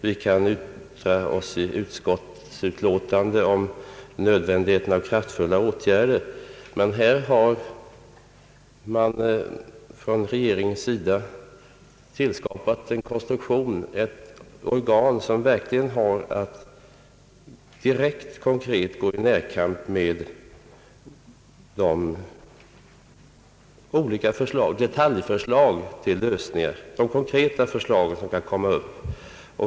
Vi kan yttra oss i utskottsutlåtanden om nödvändigheten av kraftfulla åtgärder, men i detta fall har regeringen tillskapat ett organ som verkligen har att konkret gå i närkamp med de olika detaljförslag till lösningar som kan komma upp.